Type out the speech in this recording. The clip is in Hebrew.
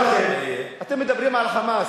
אני רוצה לומר לכם, אתם מדברים על "חמאס".